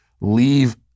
leave